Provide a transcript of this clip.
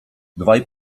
dwaj